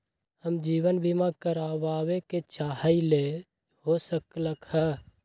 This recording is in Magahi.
हम जीवन बीमा कारवाबे के चाहईले, हो सकलक ह?